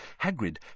Hagrid